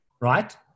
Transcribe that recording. right